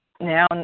now